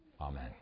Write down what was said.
Amen